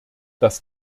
das